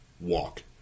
walk